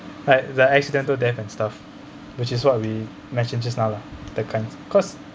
like the accidental death and stuff which is what we mentioned just now lah that kind cause